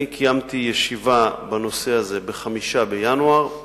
אני קיימתי ישיבה בנושא הזה ב-5 בינואר,